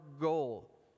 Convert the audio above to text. goal